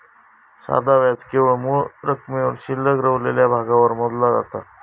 साधा व्याज केवळ मूळ रकमेवर शिल्लक रवलेल्या भागावर मोजला जाता